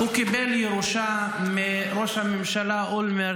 -- הוא קיבל ירושה מראש הממשלה אולמרט